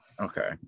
Okay